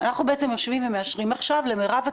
שאני חייב להיות שווה לכל קופות החולים.